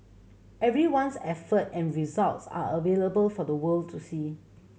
everyone's effort and results are available for the world to see